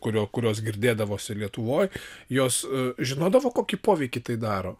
kurio kurios girdėdavosi lietuvoje jos žinodavo kokį poveikį tai daro